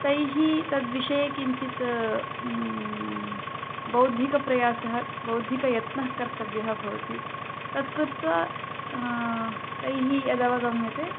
तैः तद्विषये किञ्चित् बौद्धिकप्रयासः बौद्धिकयत्नः कर्तव्यः भवति तत् कृत्वा तैः यदवगम्यते